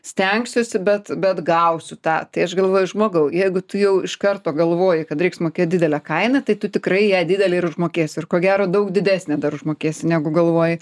stengsiuosi bet bet gausiu tą tai aš galvoju žmogau jeigu tu jau iš karto galvoji kad reiks mokėt didelę kainą tai tu tikrai ją didelę ir užmokėsi ir ko gero daug didesnę dar užmokėsi negu galvoji